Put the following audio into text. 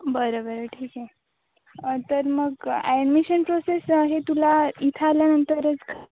बरं बरं ठीक आहे तर मग ॲडमिशन प्रोसेस हे तुला इथं आल्यानंतरच का